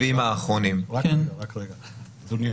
אדוני,